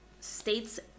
States